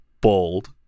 bold